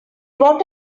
what